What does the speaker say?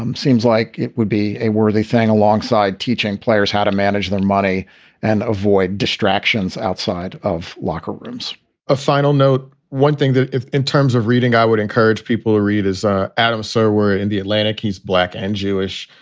um seems like it would be a worthy thing alongside teaching players how to manage their money and avoid distractions outside of locker rooms a final note. one thing that in terms of reading, i would encourage people to read as ah adam so surfwear in the atlantic. he's black and jewish.